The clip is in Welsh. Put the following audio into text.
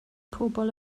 pobol